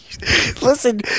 Listen